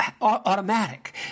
automatic